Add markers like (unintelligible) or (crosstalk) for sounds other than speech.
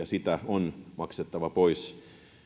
(unintelligible) sitä velkaa on maksettava pois